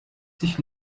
sich